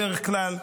בדרך כלל.